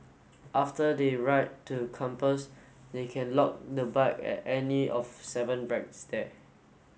after they ride to campus they can lock the bike at any of seven racks there